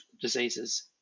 diseases